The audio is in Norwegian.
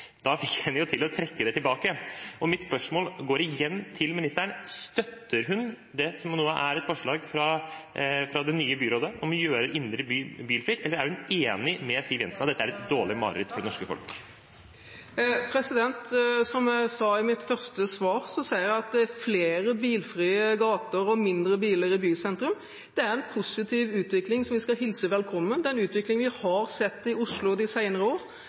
til å trekke det tilbake. Mitt spørsmål går igjen til ministeren: Støtter hun det som nå er et forslag fra det nye byrådet om å gjøre indre by bilfri, eller er hun enig med Siv Jensen i at dette er et «dårlig mareritt» for det norske folk? Som jeg sa i mitt første svar, er flere bilfrie gater og færre biler i bysentrum en positiv utvikling som vi skal hilse velkommen. Det er en utvikling vi har sett i Oslo de senere år.